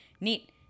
neat